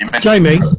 Jamie